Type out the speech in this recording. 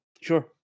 Sure